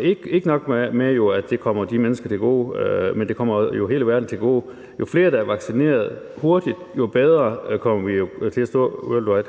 Ikke alene kommer det de mennesker til gode, men det kommer jo hele verden til gode. Jo flere der er vaccineret hurtigt, jo bedre kommer vi jo til at stå worldwide.